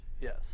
Yes